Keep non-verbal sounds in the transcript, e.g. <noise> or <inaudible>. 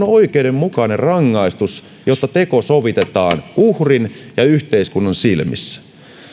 <unintelligible> oikeudenmukainen rangaistus jotta teko sovitetaan uhrin ja yhteiskunnan silmissä